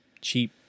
cheap